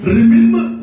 Remember